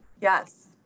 Yes